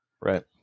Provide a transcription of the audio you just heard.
right